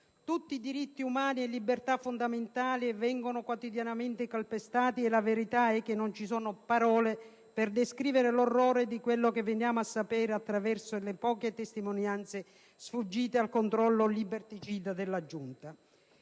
Tutti i diritti umani e le libertà fondamentali vengono quotidianamente calpestati e la verità è che non ci sono parole per descrivere l'orrore di quello che veniamo a sapere attraverso le poche testimonianze sfuggite al controllo liberticida della giunta.